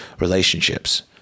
relationships